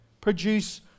produce